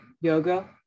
yoga